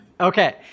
Okay